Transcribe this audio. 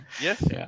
Yes